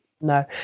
No